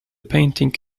painting